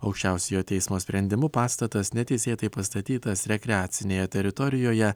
aukščiausiojo teismo sprendimu pastatas neteisėtai pastatytas rekreacinėje teritorijoje